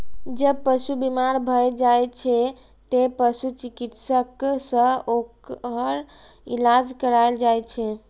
जब पशु बीमार भए जाइ छै, तें पशु चिकित्सक सं ओकर इलाज कराएल जाइ छै